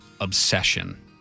obsession